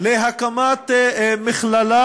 להקמת מכללה,